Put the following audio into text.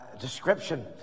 description